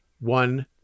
one